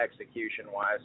execution-wise